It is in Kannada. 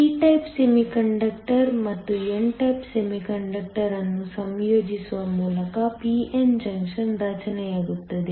p ಟೈಪ್ ಸೆಮಿಕಂಡಕ್ಟರ್ ಮತ್ತು n ಟೈಪ್ ಸೆಮಿಕಂಡಕ್ಟರ್ ಅನ್ನು ಸಂಯೋಜಿಸುವ ಮೂಲಕ p n ಜಂಕ್ಷನ್ ರಚನೆಯಾಗುತ್ತದೆ